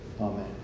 Amen